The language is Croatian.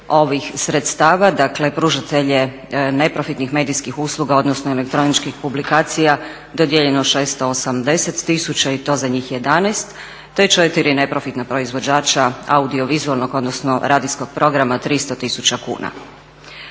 ovih sredstava, dakle pružatelje neprofitnih medijskih usluga odnosno elektroničkih publikacija dodijeljeno 680 tisuća i to za njih 11 te 4 neprofitna proizvođača audiovizualnog odnosno radijskog programa 300 tisuća kuna.